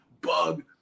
bug